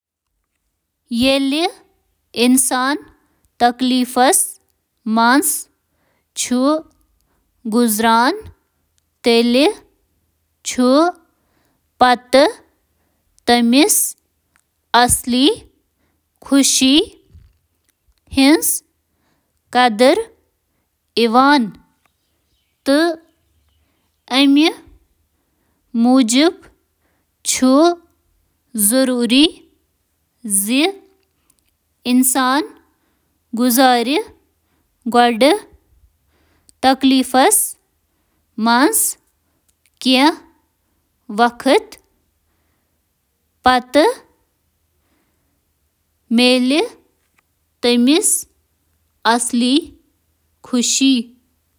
نہٕ، پٔز خۄش چھنہٕ مصائب ورٲے حٲصِل کٔرِتھ۔